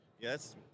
Yes